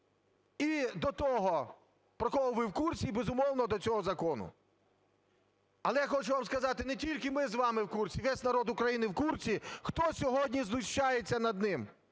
і до того, про кого ви в курсі, і, безумовно, до цього закону. Але я хочу вам сказати, не тільки ми з вами в курсі, весь народ України в курсі, хто сьогодні знущається над ним.